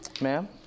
Ma'am